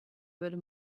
wurde